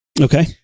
okay